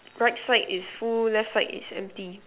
right side is full left side is empty